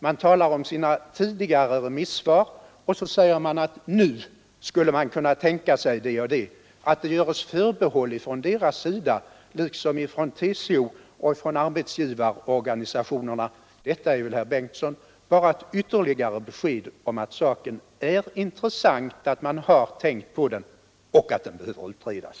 Man talar om sina tidigare remissvar och säger sedan att ”nu” skulle man kunna tänka sig det och det. Att SACO gör förbehåll, liksom TCO och arbetsgivarorganisationerna gör det, är väl, herr Bengtsson, bara ett ytterligare besked om att saken är intressant, att man har tänkt på den och att den behöver utredas.